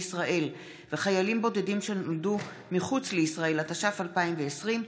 כ"ט בניסן התש"ף (23 באפריל 2020)